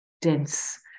dense